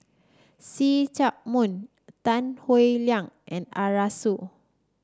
See Chak Mun Tan Howe Liang and Arasu